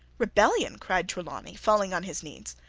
rebellion! cried trelawney, falling on his knees.